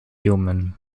human